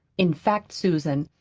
in fact, susan,